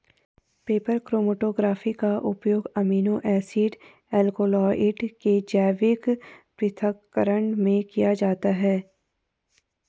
paper chromatography का उपयोग amino acid alkaloid के जैविक पृथक्करण में किया जाता है